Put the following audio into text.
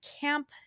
camp